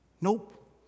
Nope